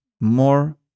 more